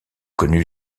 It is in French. connu